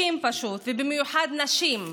ובמיוחד נשים,